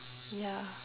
ya